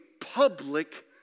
public